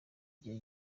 gihe